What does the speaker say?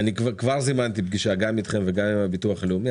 אבל כבר זימנתי פגישה גם אתכם וגם עם הביטוח הלאומי.